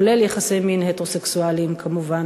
כולל יחסי מין הטרוסקסואליים, כמובן.